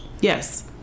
Yes